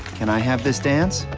can i have this dance?